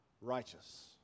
righteous